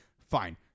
fine